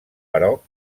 però